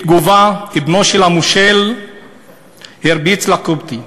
בתגובה, בנו של המושל הרביץ לקופטי.